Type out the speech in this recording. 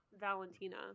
Valentina